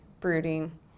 brooding